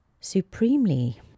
supremely